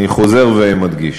אני חוזר ומדגיש.